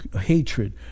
hatred